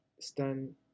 stand